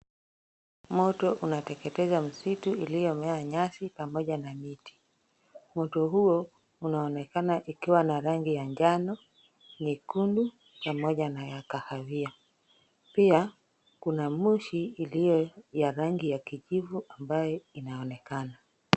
Moto unateketeza msitu uliomea nyasi pamoja na miti. Moto huo, unaonekana ukiwa na rangi ya njano, nyekundu pamoja na ya kahawia. Pia, kuna moshi uliyo ya rangi ya kijivu ambayo unaonekana.